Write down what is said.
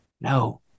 No